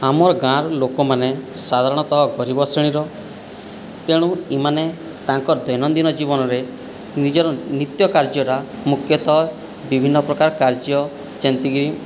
ଆମର ଗାଁର ଲୋକମାନେ ସାଧାରଣତଃ ଗରିବ ଶ୍ରେଣୀର ତେଣୁ ଏମାନେ ତାଙ୍କର ଦୈନିନ୍ଦିନ ଜୀବନରେ ନିଜର ନିତ୍ୟ କାର୍ଯ୍ୟଟା ମୁଖ୍ୟତଃ ବିଭିନ୍ନ ପ୍ରକାର କାର୍ଯ୍ୟ ଯେମିତିକି